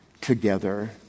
Together